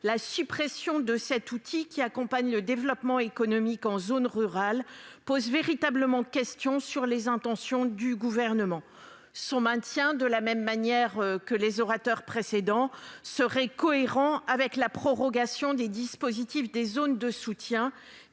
La suppression de cet outil, qui accompagne le développement économique en zone rurale, pose véritablement question sur les intentions du Gouvernement. Son maintien, pour reprendre les arguments des orateurs précédents, serait cohérent avec la prorogation des zonages qui permettent de soutenir